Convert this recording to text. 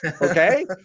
okay